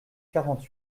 quarante